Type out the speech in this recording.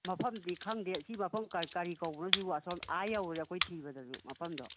ꯃꯐꯝꯗꯤ ꯈꯪꯗꯦ ꯁꯤ ꯃꯐꯝ ꯀꯔꯤ ꯀꯧꯕꯅꯣ ꯁꯤꯔꯨ ꯑꯗꯣꯝ ꯌꯧꯒ꯭ꯔꯦ ꯑꯩꯈꯣꯏ ꯊꯤꯕꯗꯁꯨ ꯃꯐꯝ